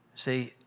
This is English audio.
See